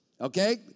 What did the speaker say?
okay